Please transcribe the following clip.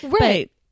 Right